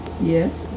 Yes